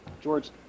George